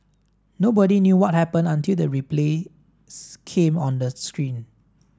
nobody knew what happened until the replays came on the screen